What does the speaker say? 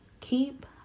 keep